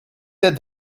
that